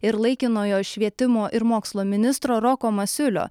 ir laikinojo švietimo ir mokslo ministro roko masiulio